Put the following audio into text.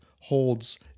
holds